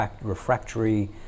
refractory